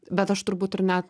bet aš turbūt ir net